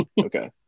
okay